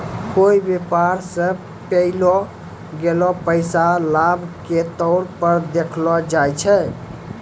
कोय व्यापार स पैलो गेलो पैसा लाभ के तौर पर देखलो जाय छै